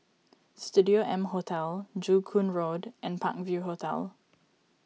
Studio M Hotel Joo Koon Road and Park View Hotel